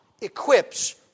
equips